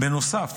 בנוסף,